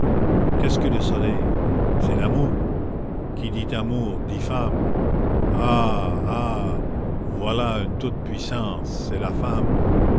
qu'est-ce que le soleil c'est l'amour qui dit amour dit femme ah ah voilà une toute-puissance c'est la femme